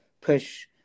push